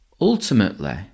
Ultimately